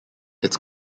its